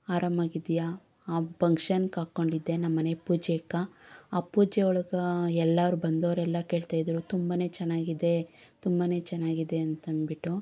ಆರಾಮ್ ಆಗಿದ್ದೀಯಾ ಆ ಪಂಗ್ಷನ್ಗೆ ಹಾಕ್ಕೊಂಡಿದ್ದೆ ನಮ್ಮನೆ ಪೂಜೆಗೆ ಆ ಪೂಜೆ ಒಳ್ಗೆ ಎಲ್ಲರು ಬಂದೋರೆಲ್ಲ ಕೇಳ್ತಾಯಿದ್ರೂ ತುಂಬನೇ ಚೆನ್ನಾಗಿದೆ ತುಂಬನೇ ಚೆನ್ನಾಗಿದೆ ಅಂತಂದ್ಬಿಟ್ಟು